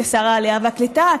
כשר העלייה והקליטה,